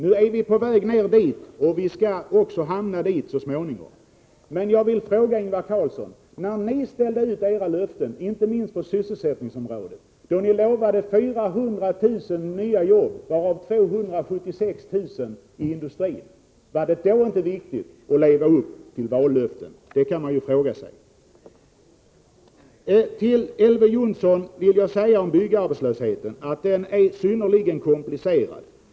Nu är vi på väg dit — vi skall hamna där så småningom. Men jag vill fråga Ingvar Karlsson: När ni ställde ut era löften inte minst på sysselsättningsområdet, där ni lovade 400 000 nya jobb, varav 276 000 i industrin, var det då inte viktigt att leva upp till vallöften? Det kan man verkligen fråga sig. Om byggarbetslösheten vill jag till Elver Jonsson säga att den är synnerligen komplicerad.